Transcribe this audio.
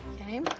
Okay